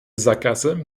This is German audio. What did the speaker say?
sackgasse